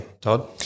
Todd